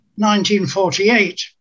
1948